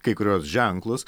kai kuriuos ženklus